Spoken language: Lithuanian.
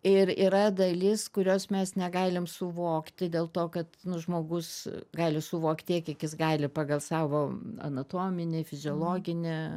ir yra dalis kurios mes negalim suvokti dėl to kad žmogus gali suvokt tiek kiek jis gali pagal savo anatominį fiziologinį